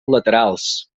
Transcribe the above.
laterals